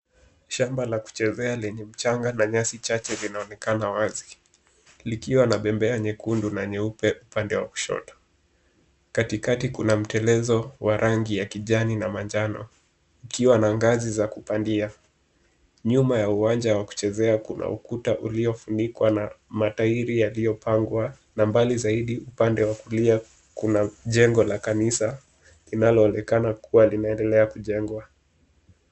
Shamba la kuchezea lenye mchanga na nyasi chache zinaonekana wazi, likiwa na bembea nyekundu na nyeupe upande wa kushoto. Kati kati kuna mtelezo wa rangi ya kijani na manjano ikiwa na ngazi za kupandia. Nyuma ya uwanja wa kuchezea kuna ukuta uliofunikwa na matairi yaliyopangwa na mbali zaidi upande kulia kuna jengo la kanisa linaloonekana kuwa linaendelea kujengwa.